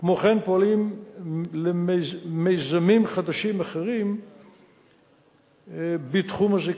כמו כן פועלים מיזמים חדשים אחרים בתחום הזיקנה.